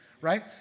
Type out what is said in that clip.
right